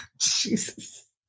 Jesus